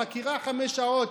חקירה חמש שעות.